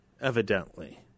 evidently